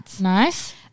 Nice